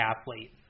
athlete